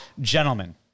Gentlemen